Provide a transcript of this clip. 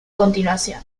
continuación